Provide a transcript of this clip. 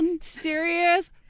serious